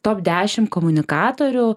top dešim komunikatorių